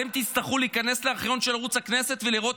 אתם תצטרכו להיכנס לארכיון של ערוץ הכנסת ולראות